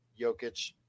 Jokic